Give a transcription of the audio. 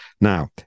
Now